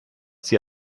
die